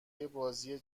بازی